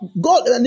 God